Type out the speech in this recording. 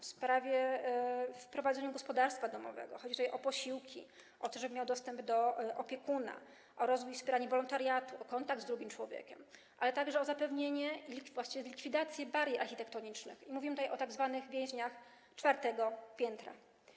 Musi mieć pomoc w prowadzeniu gospodarstwa domowego, chodzi o posiłki, o to, żeby miał dostęp do opiekuna, o rozwój wolontariatu, o kontakt z drugim człowiekiem, ale także o zapewnienie, a właściwie o likwidację barier architektonicznych, mówimy tutaj o tzw. więźniach czwartego piętra.